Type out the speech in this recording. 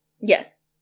Yes